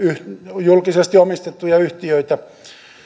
julkisesti omistettuja yhtiöitä